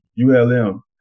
ULM